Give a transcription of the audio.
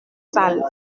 sale